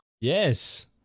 Yes